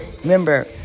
Remember